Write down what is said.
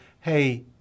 hey